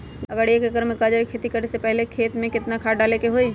अगर एक एकर में गाजर के खेती करे से पहले खेत में केतना खाद्य डाले के होई?